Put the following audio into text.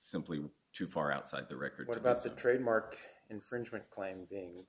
simply too far outside the record what about the trademark infringement claim being